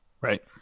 Right